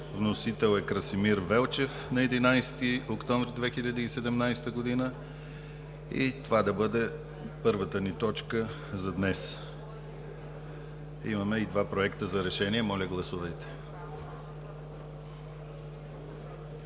Вносител е Красимир Велчев на 11 октомври 2017 г. и това да бъде първата ни точка за днес. Имаме и два проекта за решения. Моля, гласувайте.